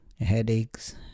headaches